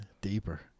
Deeper